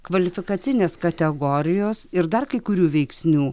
kvalifikacinės kategorijos ir dar kai kurių veiksnių